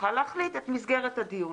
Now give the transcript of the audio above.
צריכה להחליט על מסגרת הדיון,